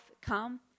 come